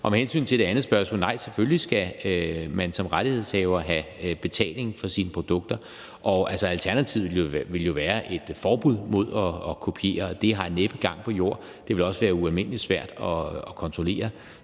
af. Med hensyn til det andet spørgsmål: Nej, selvfølgelig skal man som rettighedshaver have betaling for sine produkter. Alternativet ville jo være et forbud mod at kopiere, og det har næppe gang på jord. Det ville også være ualmindelig svært at kontrollere.